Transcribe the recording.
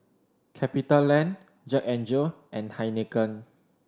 CapitaLand Jack N Jill and Heinekein